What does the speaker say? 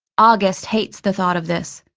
august hates the thought of this.